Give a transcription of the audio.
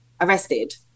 arrested